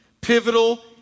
pivotal